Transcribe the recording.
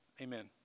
amen